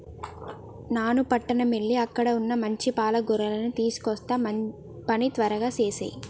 నాను పట్టణం ఎల్ల అక్కడ వున్న మంచి పాల గొర్రెలను తీసుకొస్తా పని త్వరగా సేసేయి